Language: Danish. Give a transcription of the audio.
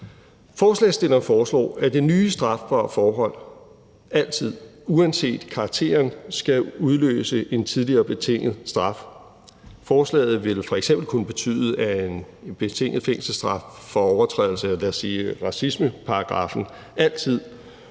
Forslagsstilleren foreslår, at det nye strafbare forhold altid – uanset karakteren – skal udløse en tidligere betinget straf. Forslaget vil f.eks. kunne betyde, at en betinget fængselsstraf for overtrædelse af lad os sige racismeparagraffen altid,